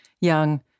young